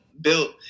built